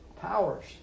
powers